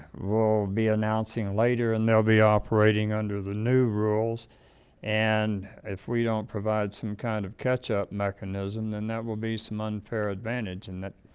we'll be announcing later and they'll be operating under the new rules and if we don't provide some kind of catch-up mechanism, then that will be some unfair advantage and that